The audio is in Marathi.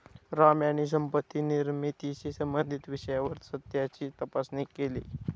राम यांनी संपत्ती निर्मितीशी संबंधित विषयावर सत्याची तपासणी केली